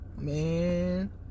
Man